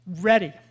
ready